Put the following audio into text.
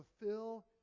fulfill